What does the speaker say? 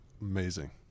amazing